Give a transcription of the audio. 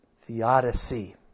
theodicy